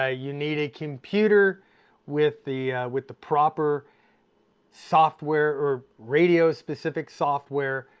ah you need a computer with the with the proper software, or radio-specific software,